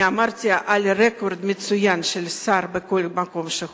אני דיברתי על הרקורד המצוין של השר בכל מקום שהוא היה.